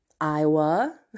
Iowa